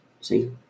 see